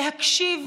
להקשיב,